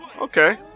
Okay